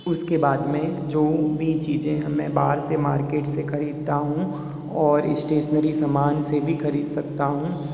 उसके बाद में जो भी चीज़ें मैं बाहर से मार्केट से खरीदता हूँ और स्टेशनरी समान से भी खरीद सकता हूँ